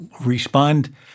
respond